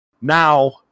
now